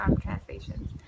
translations